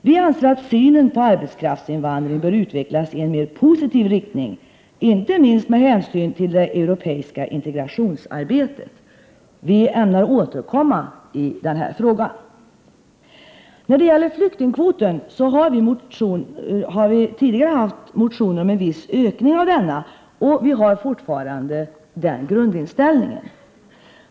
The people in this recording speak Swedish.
Vi anser att synen på arbetskraftsinvandring bör utvecklas i en mer positiv riktning, inte minst med hänsyn till det europeiska integrationsarbetet. Vi ämnar återkomma i den här frågan. När det gäller flyktingkvoten har vi tidigare haft motioner om en viss ökning av denna, och vi har fortfarande den grundinställningen.